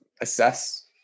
assess